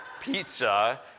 pizza